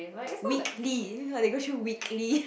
weekly they go through weekly